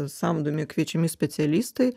samdomi kviečiami specialistai